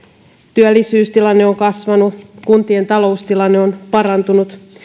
työllisyystilanne on kasvanut kuntien taloustilanne on parantunut